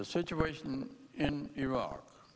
the situation in iraq